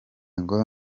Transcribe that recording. ngo